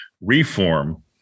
reform